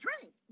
drink